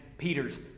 Peter's